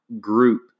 group